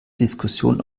diskussion